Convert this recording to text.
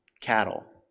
cattle